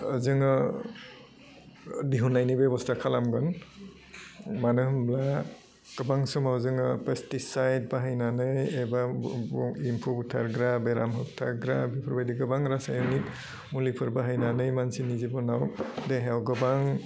जोङो दिहुन्नायनि बेब'स्था खालामगोन मानो होमब्ला गोबां समाव जोङो पेसटिसाइड बाहायनानै एबा गुगु एम्फु बुथारग्रा बेराम होबथाग्रा बेफोरबादि गोबां रासायनारिक मुलिफोर बाहायनानै मानसिनि जिब'नाव देहायाव गोबां